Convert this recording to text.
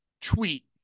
tweet